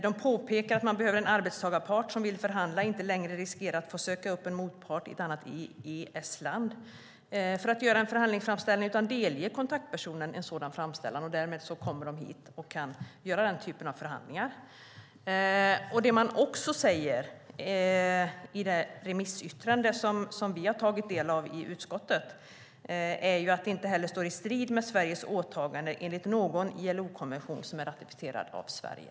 De påpekar att en arbetstagarpart som vill förhandla inte längre riskerar att få söka upp en motpart i ett annat EES-land för att göra en förhandlingsframställning utan kan delge kontaktpersonen en sådan framställan. Därmed kommer de hit och kan genomföra den typen av förhandlingar. Vad man också säger i det remissyttrande som vi i utskottet har tagit del av är att det inte heller står i strid med Sveriges åtagande enligt någon ILO-konvention som är ratificerad av Sverige.